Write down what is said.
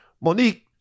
Monique